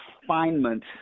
refinement